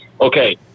Okay